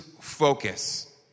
focus